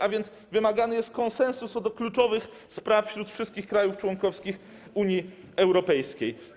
A więc wymagany jest konsensus co do kluczowych spraw wśród wszystkich krajów członkowskich Unii Europejskiej.